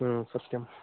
सत्यं